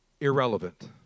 irrelevant